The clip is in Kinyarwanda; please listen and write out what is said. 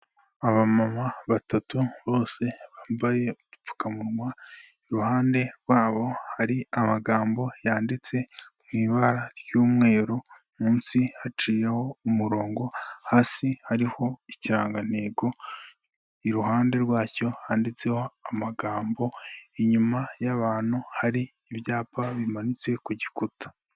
Aba mama batatu bose bambaye udupfukamunwa, iruhande rwabo har’amagambo yanditse mw’ibara ry'umweru munsi haciyeho umurongo, hasi hariho ikirangantego, iruhande rwacyo handitseho amagambo, inyuma y'abantu hari ibyapa bimanitse ku gikuta.